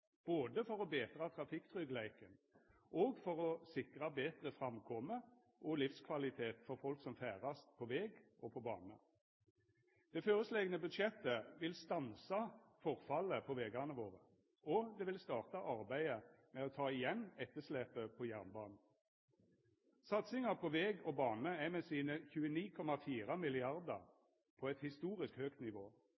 både for å betra trafikktryggleiken og for å sikra betre framkome og livskvalitet for folk som ferdast på veg og på bane. Det føreslegne budsjettet vil stansa forfallet på vegane våre, og det vil starta arbeidet med å ta igjen etterslepet på jernbanen. Satsinga på veg og bane er med sine 29,4